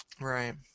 Right